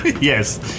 Yes